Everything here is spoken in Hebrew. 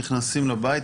נכנסים לבית,